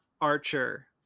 Archer